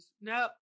No